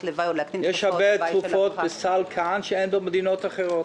לוואי- - יש הרה תרופות בסל כאן שאין במדינות אחרות.